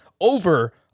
over